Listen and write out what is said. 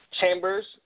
Chambers